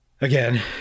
again